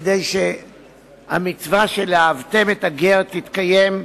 כדי שהמצווה של "ואהבתם את הגר" תתקיים,